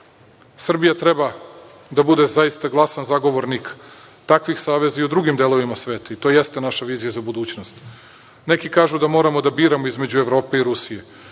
Srbija treba da bude zaista glasan sagovornik takvih saveza i u drugim delovima sveta i to jeste naša vizija za budućnost. Neki kažu da moramo da biramo između Evrope i Rusije,